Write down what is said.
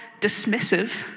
dismissive